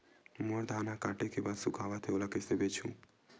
मोर धान ह काटे के बाद सुखावत हे ओला कइसे बेचहु?